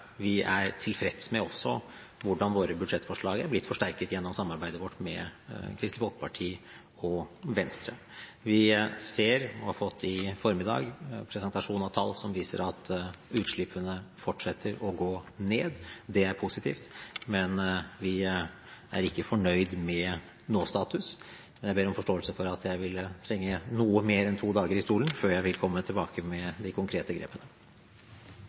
vi er tilfreds med hvordan våre budsjettforslag er blitt forsterket gjennom samarbeidet vårt med Kristelig Folkeparti og Venstre. Vi har i formiddag fått en presentasjon av tall som viser at utslippene fortsetter å gå ned. Det er positivt, men vi er ikke fornøyd med nå-status. Jeg ber om forståelse for at jeg vil trenge noe mer enn to dager i stolen før jeg kommer tilbake med de konkrete grepene.